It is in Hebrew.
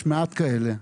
יש מעט כאלה,